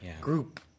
group